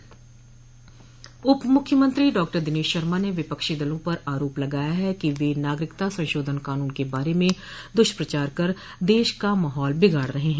उपमुख्यमंत्री डॉदिनेश शर्मा ने विपक्षी दलों पर आरोप लगाया है कि वे नागरिकता संशोधन कानून के बारे द्रष्प्रचार कर देश का माहौल बिगाड़ रहे हैं